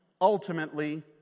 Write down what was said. ultimately